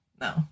no